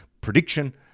prediction